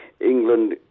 England